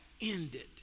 ended